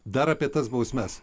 dar apie tas bausmes